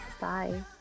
Bye